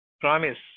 promise